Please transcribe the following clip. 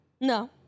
No